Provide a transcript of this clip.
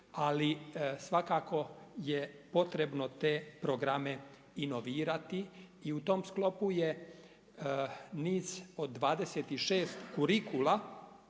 ali svakako je potrebno te programe i novirati i u tom sklopu je niz od 26 kurikula,